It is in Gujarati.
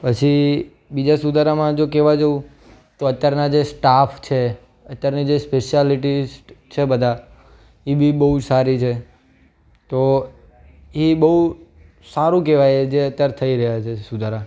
પછી બીજા સુધારામાં જો કેવા જઉં તો અત્યારના જે સ્ટાફ છે અત્યારની જે સ્પેસ્યાલીટીસ્ટ છે બધા એ બી બહુ સારી છે તેઓ એ બહુ સારું કહેવાય જે અત્યારે થઈ રહ્યા છે સુધારા